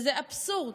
זה אבסורד,